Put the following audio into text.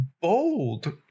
bold